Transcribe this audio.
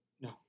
No